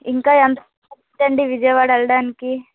ఇంకా ఎంత టైం పట్టుద్ది అండి విజయవాడ వెళ్ళడానికి